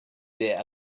sehr